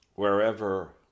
Wherever